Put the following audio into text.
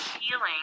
healing